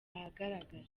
ahagaragara